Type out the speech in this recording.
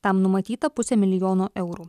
tam numatyta pusė milijono eurų